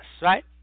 right